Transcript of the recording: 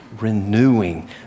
renewing